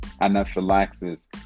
anaphylaxis